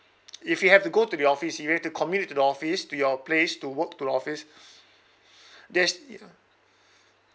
if you have to go to the office you have to commute to the office to your place to work to the office that's it lah